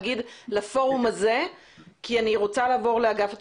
בשלוש דקות כי אני רוצה לעבור לאגף התקציבים,